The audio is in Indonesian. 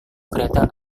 kereta